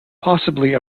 possibly